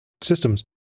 systems